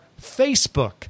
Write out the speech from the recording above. Facebook